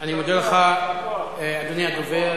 אני מודה לך, אדוני הדובר.